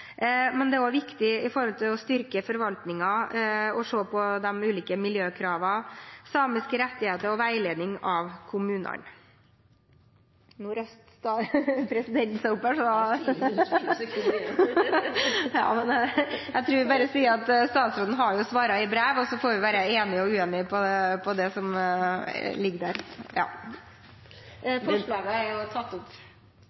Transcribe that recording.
Det er også viktig å styrke forvaltningen for å se på de ulike miljøkravene, samiske rettigheter og veiledning av kommunene. Presidenten har reist seg opp, så … Det er 4 sekunder igjen. Jeg tror jeg bare sier at statsråden har svart i brev, og så får vi være enige eller uenige om det som ligger der.